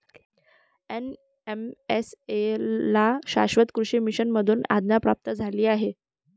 NMSA ला शाश्वत कृषी मिशन मधून आज्ञा प्राप्त झाली आहे